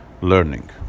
learning